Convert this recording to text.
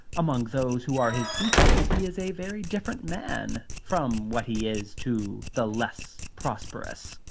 among those who are his equals he is a very different man from what he is to the less prosperous.